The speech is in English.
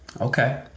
Okay